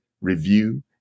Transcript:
review